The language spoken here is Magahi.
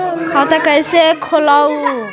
खाता कैसे खोलैलहू हे?